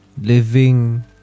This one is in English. living